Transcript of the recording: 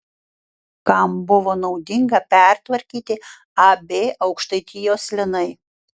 kam buvo naudinga pertvarkyti ab aukštaitijos linai